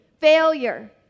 failure